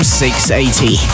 680